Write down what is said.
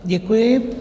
Děkuji.